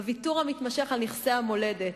בוויתור המתמשך על נכסי המולדת.